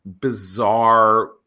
bizarre